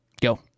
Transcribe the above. Go